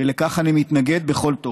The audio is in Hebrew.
ולכך אני מתנגד בכל תוקף.